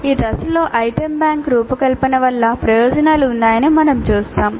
ఈ దశలో item bank రూపకల్పన వల్ల ప్రయోజనాలు ఉన్నాయని మనం చూస్తాము